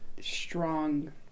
strong